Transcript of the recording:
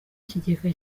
ikigega